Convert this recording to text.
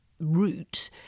route